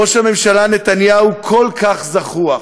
ראש הממשלה נתניהו כל כך זחוח.